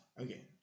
okay